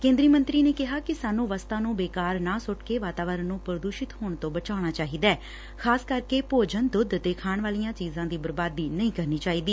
ਕੇਂਦਰੀ ਮੰਤਰੀ ਨੇ ਕਿਹਾ ਕਿ ਸਾਨੂੰ ਵਸਤਾਂ ਨੂੰ ਬੇਕਾਰ ਨਾ ਸੁੱਟਕੇ ਵਾਤਾਵਰਨ ਨੂੰ ਪ੍ਰਦੁਸ਼ਿਤ ਹੋਣ ਤੋਂ ਬਚਾਉਣਾ ਚਾਹੀਦੈ ਖ਼ਾਸ ਕਰਕੇ ਭੋਜਨ ਦੁੱਧ ਅਤੇ ਖਾਣ ਵਾਲੀਆਂ ਚੀਜ਼ਾਂ ਦੀ ਬਰਬਾਦੀ ਨਹੀਂ ਕਰਨੀ ਚਾਹੀਦੀ